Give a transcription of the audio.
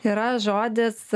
yra žodis